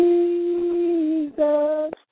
Jesus